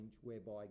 whereby